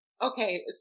Okay